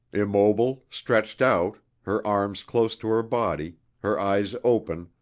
immobile, stretched out, her arms close to her body, her eyes open,